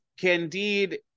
Candide